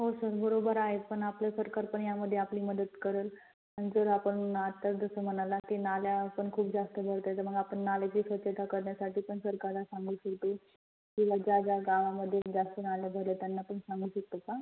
हो सर बरोबर आहेत पण आपलं सरकारपण यामध्ये आपली मदत करंल आणि जर आपण आत्ताच जसं म्हणाला ते नाल्या पण खूप जास्त भरतंय तर मग आपण नाल्याची स्वच्छता करण्यासाठी पण सरकारला सांगू इच्छिते की बा ज्या ज्या गावामध्ये जास्त नाले भरलेत त्यांना पण सांगू शकतो का